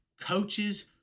coaches